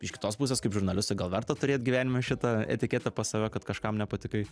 iš kitos pusės kaip žurnalistui gal verta turėt gyvenime šitą etiketę pas save kad kažkam nepatikai